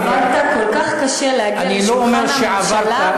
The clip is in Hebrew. עבדת כל כך קשה להגיע לשולחן הממשלה,